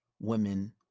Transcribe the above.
women